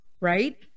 right